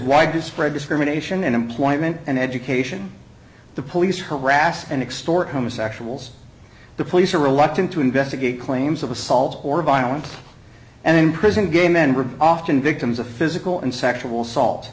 do spread discrimination in employment and education the police harass and extort homosexuals the police are reluctant to investigate claims of assault or violence and imprison gay men were often victims of physical and sexual assault